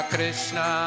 Krishna